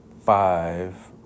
five